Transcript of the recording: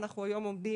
היום אנחנו עומדים,